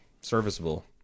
Serviceable